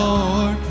Lord